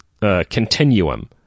continuum